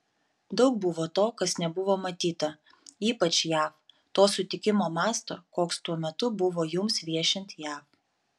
daug buvo to kas nebuvo matyta ypač jav to sutikimo masto koks tuo metu buvo jums viešint jav